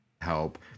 help